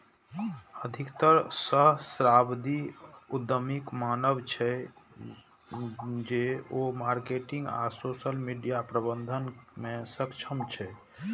अधिकतर सहस्राब्दी उद्यमीक मानब छै, जे ओ मार्केटिंग आ सोशल मीडिया प्रबंधन मे सक्षम छै